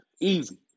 Easy